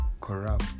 Corrupt